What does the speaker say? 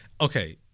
okay